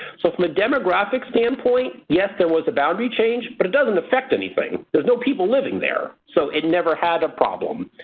so from a demographic standpoint, yes there was a boundary change but it doesn't affect anybody. there's no people living there so it never had a problem.